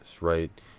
right